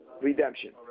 Redemption